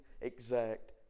exact